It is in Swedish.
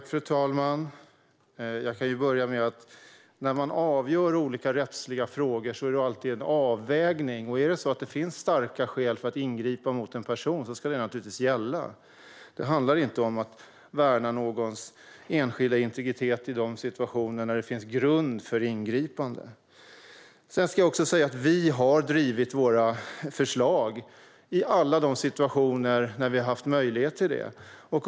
Fru talman! När man avgör olika rättsliga frågor är det alltid en avvägning. Om det finns starka skäl att ingripa mot en person ska naturligtvis de gälla. Det handlar inte om att värna om någon enskilds integritet i de situationer där det finns grund för ingripande. Jag vill också säga att vi har drivit våra förslag i alla situationer där vi har haft möjlighet till det.